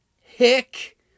hick